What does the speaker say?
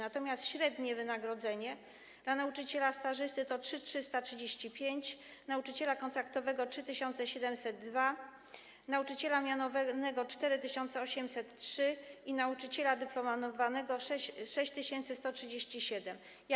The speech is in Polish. Natomiast średnie wynagrodzenie dla nauczyciela stażysty to 3335 zł, nauczyciela kontraktowego - 3702 zł, nauczyciela mianowanego - 4803 zł i nauczyciela dyplomowanego - 6137 zł.